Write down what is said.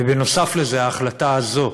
ובנוסף לזה, ההחלטה הזאת,